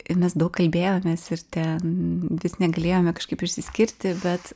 ir mes daug kalbėjomės ir ten vis negalėjome kažkaip išsiskirti bet